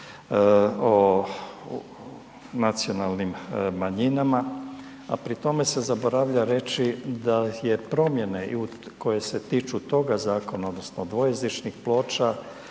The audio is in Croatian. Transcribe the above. o nacionalnim manjinama, a pri tome se zaboravlja reći da je promjene koje se tiču toga zakona odnosno dvojezičnih ploča,